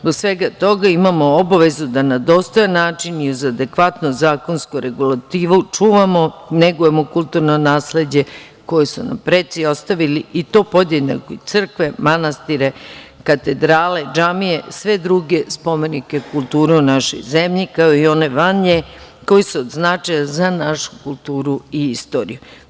Zbog svega toga imamo obavezu da na dostojan način i uz adekvatnu zakonsko regulativu čuvamo i negujemo kulturno nasleđe koje su nam preci ostavili i to podjednako i crkve, manastire, katedrale, džamije, sve druge spomenike kulture u našoj zemlji, kao i one van nje koji su od značaja za našu kulturu i istoriju.